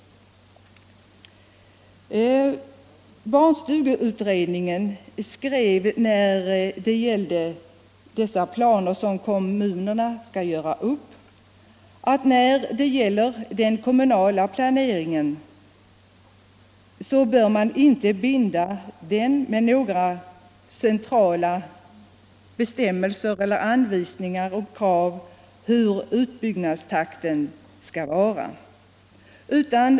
Barnstugeutredningen skrev att med dessa plankrav bör man inte binda några centralt angivna krav på viss ambitionsnivå i utbyggnadstakten.